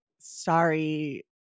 sorry